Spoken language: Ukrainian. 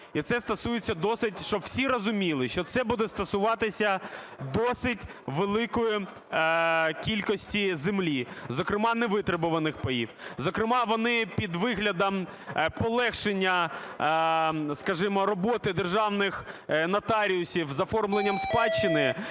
і це стосується досить, щоб всі розуміли, що це буде стосуватися досить великої кількості землі, зокрема невитребуваних паїв. Зокрема, вони під виглядом полегшення, скажімо, роботи державних нотаріусів з оформлення спадщини,